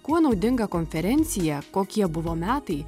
kuo naudinga konferencija kokie buvo metai